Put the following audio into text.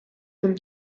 him